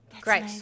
Great